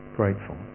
grateful